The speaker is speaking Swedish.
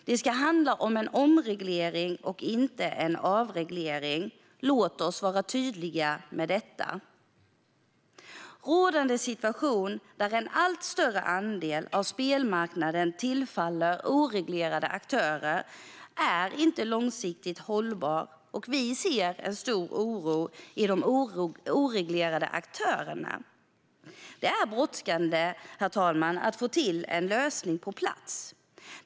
Det ska handla om en omreglering och inte om en avreglering. Låt oss vara tydliga med detta. Rådande situation, där en allt större andel av spelmarknaden tillfaller oreglerade aktörer, är inte långsiktigt hållbar, och vi ser med stor oro på de oreglerade aktörerna. Herr talman! Det är brådskande att få till en lösning som kommer på plats.